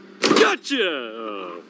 Gotcha